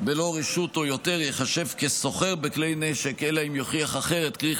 או יותר ללא רשות ייחשב כסוחר בכלי נשק אלא אם כן יוכיח אחרת קרי,